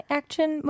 action